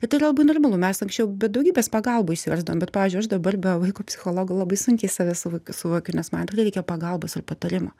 bet yra labai normalu mes anksčiau be daugybės pagalbų išsiversdavom bet pavyzdžiui aš dabar be vaiko psichologo labai sunkiai save suvo suvokiu nes man irgi reikia pagalbos ar patarimo